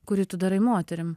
kurį tu darai moterim